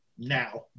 Now